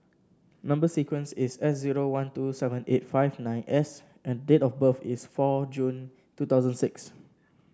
number sequence is S zero one two seven eight five nine S and date of birth is four June two thousand six